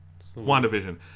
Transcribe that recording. WandaVision